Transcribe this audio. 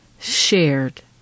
shared